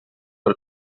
per